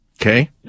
Okay